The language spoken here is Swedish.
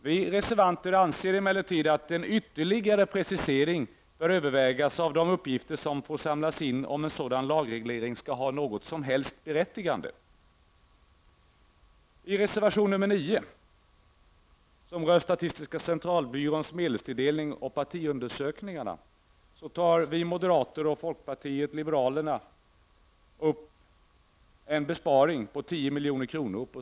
Vi reservanter anser emellertid att en ytterligare precisering bör övervägas av de uppgifter som får samlas in om en sådan lagreglering skall ha något berättigande. Reservation nr 9 rör statistiska centralbyråns medelstilldelning och partisympatiundersökningarna. Vi moderater och folkpartiet liberalerna tar upp en besparing på 10 milj.kr.